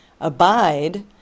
abide